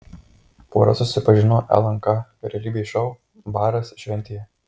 pora susipažino lnk realybės šou baras šventėje